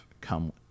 come